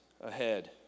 ahead